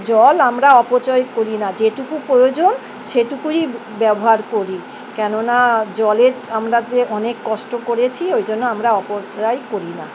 জল আমরা অপচয় করি না যেটুকু প্রয়োজন সেটুকুই ব্যবহার করি কেননা জলের আমরা অনেক কষ্ট করেছি ওই জন্য আমরা অপচয় করি না